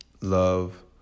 love